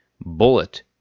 Bullet